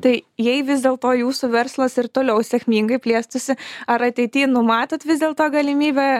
tai jei vis dėlto jūsų verslas ir toliau sėkmingai plėstųsi ar ateity numatot vis dėlto galimybę